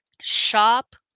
shop